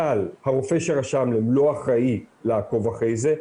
אבל הרופא שרשם להם לא אחראי לעקוב אחרי זה,